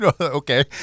Okay